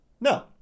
No